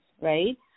right